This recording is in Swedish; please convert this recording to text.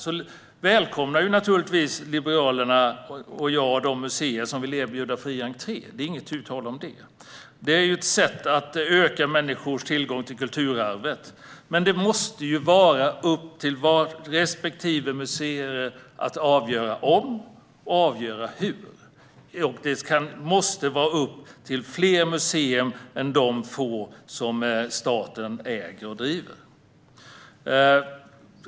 Liberalerna och jag själv välkomnar naturligtvis de museer som vill erbjuda fri entré - det är inte tu tal om detta. Det är ett sätt att öka människors tillgång till kulturarvet. Det måste dock vara upp till respektive museum att avgöra om och hur detta ska ske, och det måste vara upp till fler museer än de få som staten äger och driver.